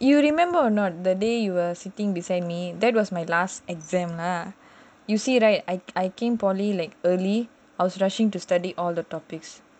you remember or not the day you were sitting beside me that was my last exam lah you see I I came polytechnic like early I was rushing to study all the topics